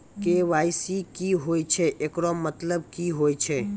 KYC की होय छै, एकरो मतलब की होय छै?